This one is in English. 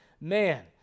man